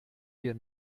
wir